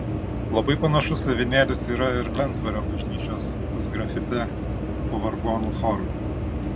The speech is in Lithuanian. labai panašus avinėlis yra ir lentvario bažnyčios sgrafite po vargonų choru